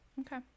Okay